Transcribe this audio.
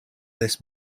this